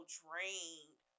drained